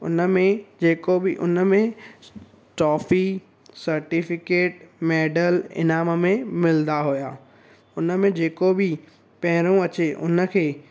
उन में जेको बि उन में टॉफ़ी सटिफिकेट मैडल इनाम में मिलंदा हुया उन में जेको बि पहिरों अचे उन खे